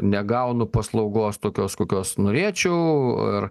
negaunu paslaugos tokios kokios norėčiau ir